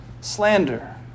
slander